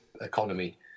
economy